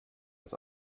das